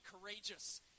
courageous